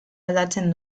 aldatzen